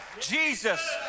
Jesus